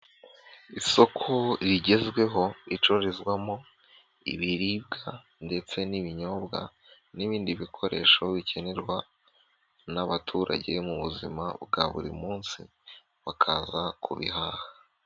Isoko rigezweho ricururizwamo ibiribwa ndetse n'ibinyobwa n'ibindi bikoresho bikenerwa n'abaturage mu buzima bwa buri munsi bakaza kubihaha.